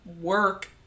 work